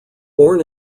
born